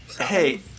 Hey